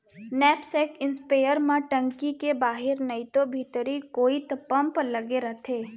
knapsack sprayer म टंकी के बाहिर नइतो भीतरी कोइत पम्प लगे रथे